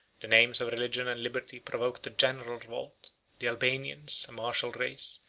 the names of religion and liberty provoked a general revolt the albanians, a martial race,